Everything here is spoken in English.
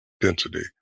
Density